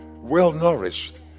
well-nourished